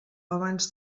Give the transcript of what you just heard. abans